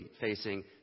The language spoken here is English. facing